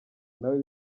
nawe